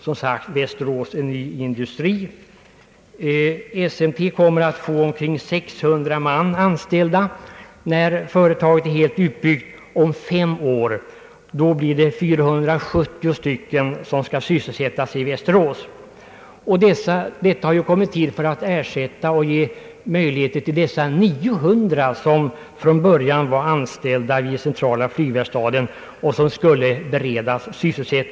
SMT kommer att få omkring 600 anställda, när företaget är helt utbyggt. Om fem år skall 470 man sysselsättas i Västerås. Företaget ger alltså möjlighet till ny sysselsättning för en del av de 900 som var anställda vid CVV och som måste beredas nytt arbete.